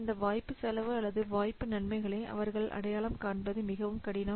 இந்த வாய்ப்பு செலவு அல்லது வாய்ப்பு நன்மைகளை அவர்கள் அடையாளம் காண்பது மிகவும் கடினம்